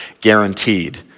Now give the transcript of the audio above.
guaranteed